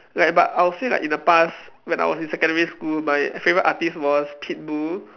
like but I'll say that in the past when I was in secondary school my favourite artiste was Pitbull